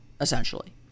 essentially